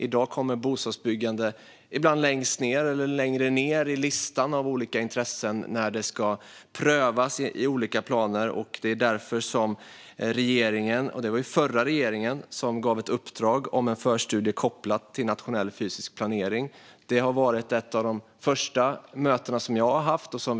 I dag kommer bostadsbyggandet ibland längst ned eller längre ned på listan över olika intressen när det ska prövas i olika planer. Det var därför den förra regeringen gav ett uppdrag om en förstudie kopplad till nationell fysisk planering. Ett av de första möten jag haft gällde detta.